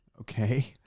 okay